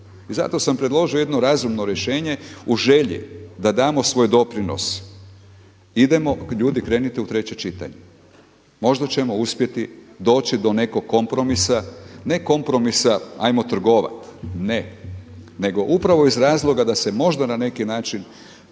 I zato sam predložio jedno razumno rješenje u želji da damo svoj doprinos, idemo ljudi krenite u treće čitanje možda ćemo uspjeti doći do nekog kompromisa. Ne kompromisa ajmo trgovat, ne, nego upravo iz razloga da se možda na neki način